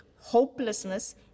hopelessness